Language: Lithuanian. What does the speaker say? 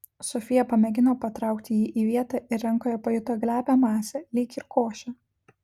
sofija pamėgino patraukti jį į vietą ir rankoje pajuto glebią masę lyg ir košę